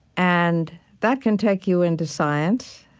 and that can take you into science.